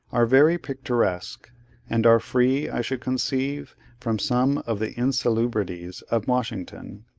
are very picturesque and are free, i should conceive, from some of the insalubrities of washington.